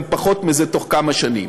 גם לפחות מזה תוך כמה שנים.